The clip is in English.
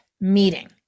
meeting